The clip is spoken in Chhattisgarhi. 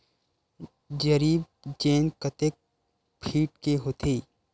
जरीब चेन कतेक फीट के होथे?